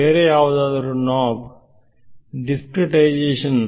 ಬೇರೆ ಯಾವುದಾದರೂ ನೋಬ್ದಿಸ್ಕ್ರೇಟೈಸೇಶನ್